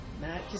Matt